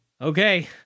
Okay